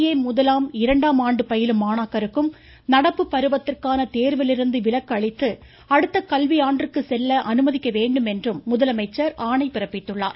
ஏ முதலாம் இரண்டாம் ஆண்டு பயிலும் மாணாக்கருக்கும் நடப்பு பருவத்திற்கான தோ்விலிருந்து விலக்கு அளித்து அடுத்த கல்வியாண்டிற்கு செல்ல அனுமதிக்க வேண்டும் என்றும் அவர் இண பிறப்பித்துள்ளார்